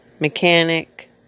mechanic